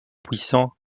puissant